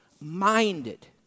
minded